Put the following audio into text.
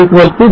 RS 0